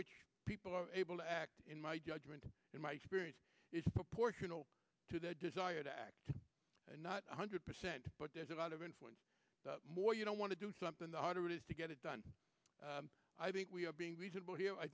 which people are able to act in my judgment in my experience is proportional to their desire to act not one hundred percent but there's a lot of influence the more you don't want to do something the harder it is to get it done i think we are being reasonable